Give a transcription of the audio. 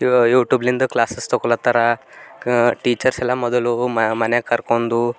you ಯೂಟ್ಯೂಬ್ಲಿಂದು classes ತೊಕೊಳತ್ತರ ಕ ಟೀಚರ್ಸ್ ಎಲ್ಲ ಮೊದಲು ಮನ್ಯಾಗ ಕರ್ಕೊಂಡು